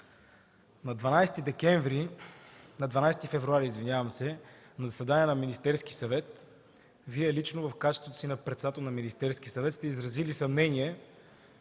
На 12 февруари на заседание на Министерския съвет Вие лично, в качеството си на председател на Министерския съвет, сте изразили съмнение